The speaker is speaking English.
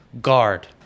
guard